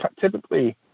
typically